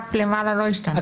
הקאפ למעלה לא השתנה.